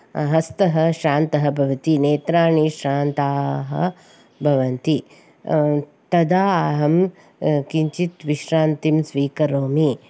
हस्तः श्रान्तः भवति नेत्राणि श्रान्ताः भवन्ति तदाहं किञ्चित् विश्रान्तिं स्वीकरोमि